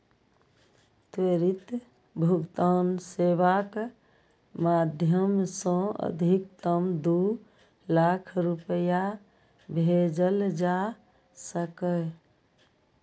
त्वरित भुगतान सेवाक माध्यम सं अधिकतम दू लाख रुपैया भेजल जा सकैए